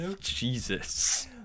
Jesus